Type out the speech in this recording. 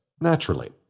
Naturally